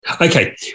okay